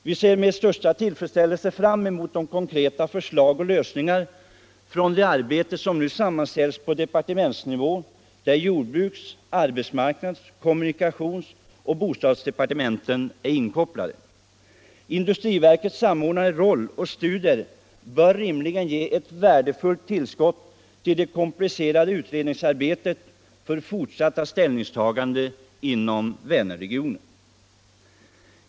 Vi ser med största tillfredsställelse fram emot de konkreta förslag och lösningar som nu sammanställs på departementsnivå, där jordbruks-, arbetsmarknads-, kommunikationsoch bostadsdepartementen är inkopplade. Industriverkets samordnande roll och studier bör rimligen ge ett värdefullt tillskott till det komplicerade utredningsarbetet och för de fortsatta ställningstagandena inom regionen.